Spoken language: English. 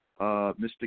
Mr